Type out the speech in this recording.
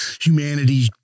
humanity